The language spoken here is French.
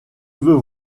veux